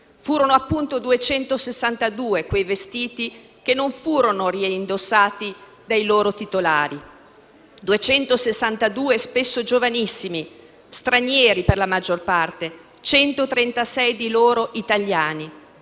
Furono appunto 262 quei vestiti che non furono reindossati dai loro titolari; 262, spesso giovanissimi, stranieri per la maggior parte; 136 di loro, italiani.